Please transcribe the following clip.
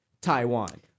Taiwan